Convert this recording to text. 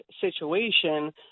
situation